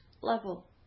level